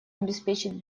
обеспечить